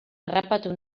harrapatu